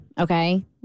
okay